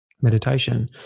meditation